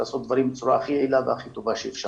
לעשות דברים בצורה הכי יעילה והכי טובה שאפשר.